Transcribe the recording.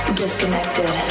disconnected